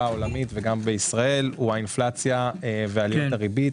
העולמית ובישראל הוא האינפלציה ועליית הריבית.